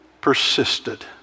persisted